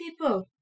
people